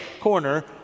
corner